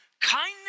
kindness